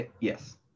Yes